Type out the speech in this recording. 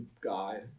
guy